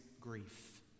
grief